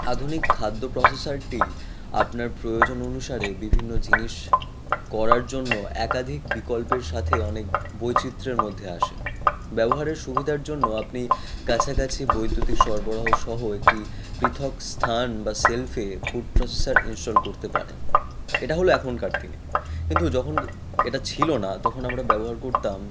আধুনিক খাদ্য প্রসেসারটি আপনার প্রয়োজন অনুসারে বিভিন্ন জিনিস করার জন্য একাধিক বিকল্পের সাথে অনেক বৈচিত্র্যের মধ্যে আসে ব্যবহারের সুবিধার জন্য আপনি কাছাকাছি বৈদ্যুতিক সরবরাহসহ একটি পৃথক স্থান বা সেলফে ফুড প্রসেসার ইন্সটল করতে পারেন এটা হলো এখনকার দিনে কিন্তু যখন এটা ছিলো না তখন আমরা ব্যবহার করতাম